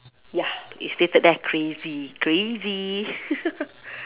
ya it's stated there crazy crazy